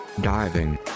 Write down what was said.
Diving